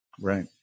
Right